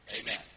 Amen